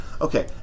Okay